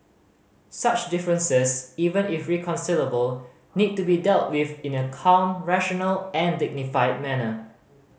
such differences even if irreconcilable need to be dealt with in a calm rational and dignified manner